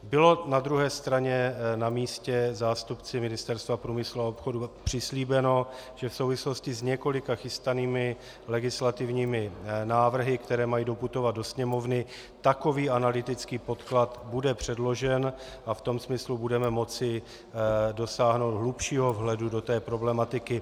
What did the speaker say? Bylo na druhé straně zástupci Ministerstva průmyslu a obchodu přislíbeno, že v souvislosti s několika chystanými legislativními návrhy, které mají doputovat do Sněmovny, takový analytický podklad bude předložen a v tom smyslu budeme moci dosáhnout hlubšího vhledu do té problematiky.